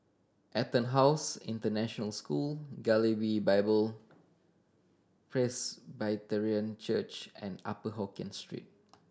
EtonHouse International School Galilee Bible Presbyterian Church and Upper Hokkien Street